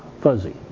fuzzy